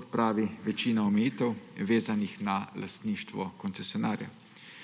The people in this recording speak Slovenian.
odpravi večina omejitev, vezanih na lastništvo koncesionarjev.